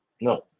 no